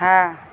हाँ